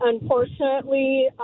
unfortunately